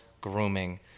grooming